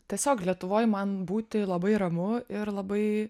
tiesiog lietuvoj man būti labai ramu ir labai